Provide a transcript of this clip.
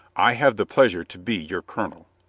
i have the pleasure to be your colonel.